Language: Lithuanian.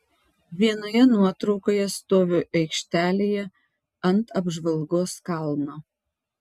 vienoje nuotraukoje stoviu aikštelėje ant apžvalgos kalno